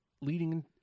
Leading